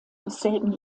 desselben